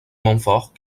montfort